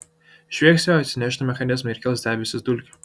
žviegs jo atsinešti mechanizmai ir kils debesys dulkių